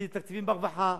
כי זה תקציבים ברווחה,